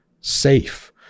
safe